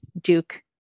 Duke